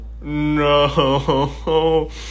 no